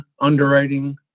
underwriting